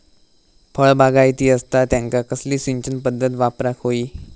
फळबागायती असता त्यांका कसली सिंचन पदधत वापराक होई?